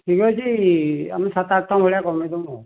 ଠିକ୍ ଅଛି ଆମେ ସାତ ଆଠ ଟଙ୍କା ଭଳିଆ କମେଇଦେବୁ ଆଉ